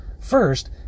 First